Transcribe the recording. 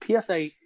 PSA